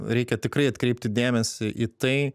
reikia tikrai atkreipti dėmesį į tai